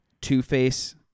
Two-Face